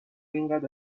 انقد